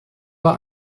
war